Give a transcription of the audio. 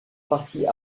parties